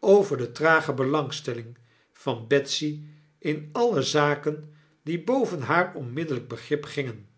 over de trage belangstelling van betsy in alle zaken die boven haar onmiddellyk begrip gingen